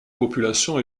population